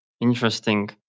Interesting